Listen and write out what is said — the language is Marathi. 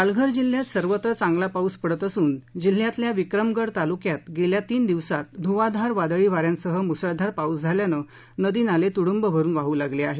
पालघर जिल्हयात सर्वत्र चांगला पाऊस पडत असून जिल्ह्यातल्या विक्रमगड तालुक्यात गेल्या तीन दिवसात ध्वाधार वादळी वाऱ्यासह मुसळधार पाऊस झाल्यानं नदी नाले तुडंब भरून वाह् लागले आहेत